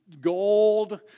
gold